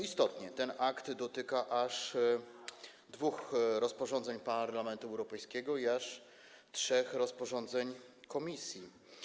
Istotnie, ten akt dotyka aż dwóch rozporządzeń Parlamentu Europejskiego i aż trzech rozporządzeń Komisji.